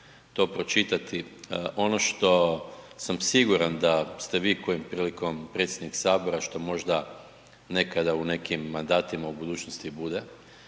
to pročitati. Ono što sam siguran da ste vi kojom prilikom predsjednik Sabora što možda nekada u nekim mandatima u budućnosti bude,